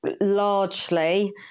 largely